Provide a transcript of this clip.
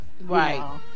Right